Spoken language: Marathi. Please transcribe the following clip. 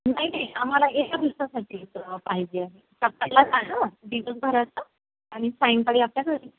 नाही नाही आम्हाला एका दिवसासाठीच पाहिजे आहे सकाळला झालं दिवसभराचं आणि सायंकाळी आपल्या घरी